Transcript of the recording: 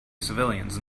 civilians